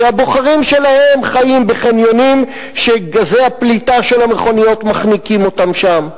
שהבוחרים שלהם חיים בחניונים שגזי הפליטה של המכוניות מחניקים אותם שם,